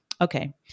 Okay